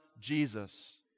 Jesus